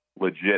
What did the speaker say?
legit